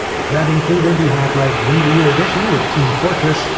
that included the half-life game of the year edition with team fortress,